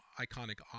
iconic